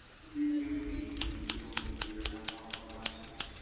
we do need you to be doing it here in omaha, nebraska,